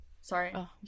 sorry